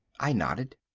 i nodded.